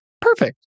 Perfect